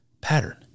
pattern